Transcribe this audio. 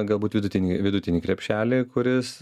galbūt vidutinį vidutinį krepšelį kuris